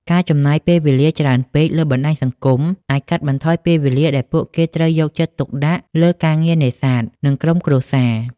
ការចំណាយពេលវេលាច្រើនពេកលើបណ្តាញសង្គមអាចកាត់បន្ថយពេលវេលាដែលពួកគេត្រូវយកចិត្តទុកដាក់លើការងារនេសាទ និងក្រុមគ្រួសារ។